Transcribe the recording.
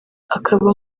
akaba